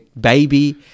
baby